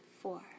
four